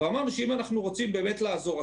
אמרנו שאם אנחנו רוצים באמת לעזור,